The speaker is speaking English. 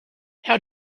how